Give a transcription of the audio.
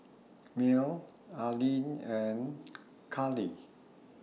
Mel Arline and Karly